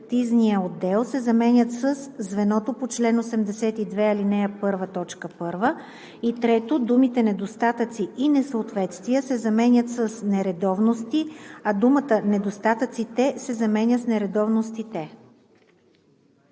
Думите „недостатъци“ и „несъответствия“ се заменят с „нередовности“, а думата „недостатъците“ се заменя с „нередовностите“.“